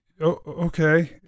okay